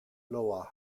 lower